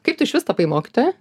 kaip tu išvis tapai mokytoja